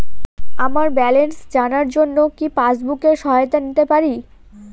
আমার ব্যালেন্স জানার জন্য কি পাসবুকের সহায়তা নিতে পারি?